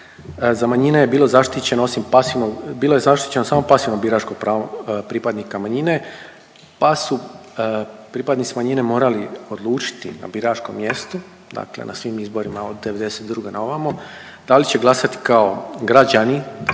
pasivnog, bilo je zaštićeno samo pasivno biračko pravo pripadnika manjine, pa su pripadnici manjine morali odlučiti na biračkom mjestu, dakle na svim izborima od '92. naovamo da li će glasati kao građani